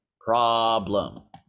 problem